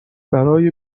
برای